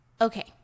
Okay